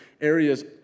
areas